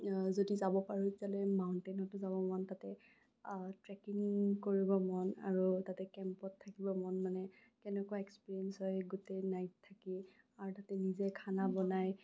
যদি যাব পাৰোঁ সেইফালে মাউণ্টেনটো যাব মন তাতে ট্ৰেকিং কৰিব মন আৰু তাতে কেম্পত থাকিব মন মানে কেনেকুৱা এক্সপেৰিয়েন্স হয় গোটেই নাইট থাকি আৰু তাতে নিজে খানা বনাই